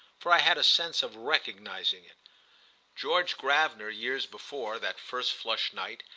for i had a sense of recognising it george gravener, years before, that first flushed night,